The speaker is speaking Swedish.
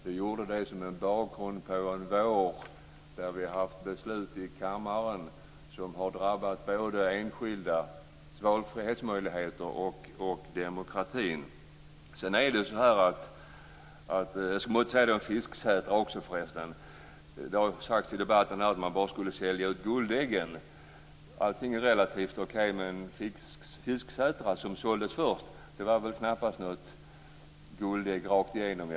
Jag gjorde det som en bakgrund till en vår där vi fattat beslut i kammaren som har drabbat både enskildas valfrihetsmöjligheter och demokratin. Jag måste också säga något om Fisksätra. Det har sagts i debatten att man bara skulle sälja ut guldäggen. Allting är relativt. Men Fisksätra, som såldes först, var knappast guldägg rakt igenom.